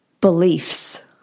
beliefs